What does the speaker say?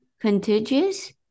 Contiguous